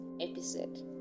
episode